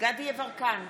דסטה גדי יברקן,